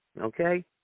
Okay